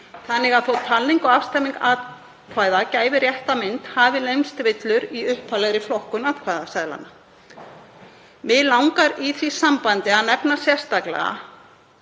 þannig að þó að talning og afstemming atkvæða gefi rétta mynd hafi leynst villur í upphaflegri flokkun atkvæðaseðlanna. Mig langar í því sambandi að nefna sérstaklega